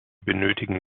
benötigen